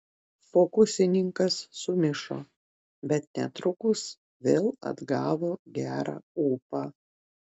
fokusininkas sumišo bet netrukus vėl atgavo gerą ūpą